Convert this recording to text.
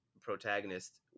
protagonist